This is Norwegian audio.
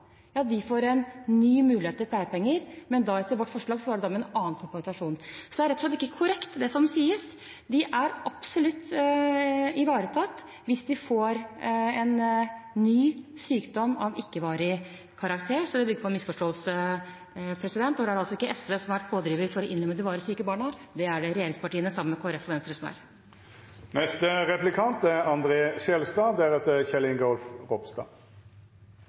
ja, de får en ny mulighet til pleiepenger, men da er det – etter vårt forslag – med en annen kompensasjon. Så det er rett og slett ikke korrekt, det som sies. Barna er absolutt ivaretatt hvis de får en ny sykdom av ikke varig karakter, så det bygger på en misforståelse. Og det er altså ikke SV som har vært pådriver for å innlemme de varig syke barna; det er det regjeringspartiene sammen med Kristelig Folkeparti og Venstre